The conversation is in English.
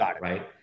right